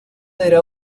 era